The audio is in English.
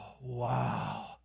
wow